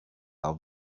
are